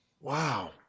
Wow